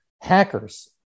hackers